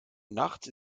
nachts